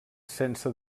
sense